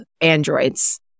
androids